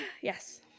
Yes